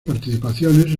participaciones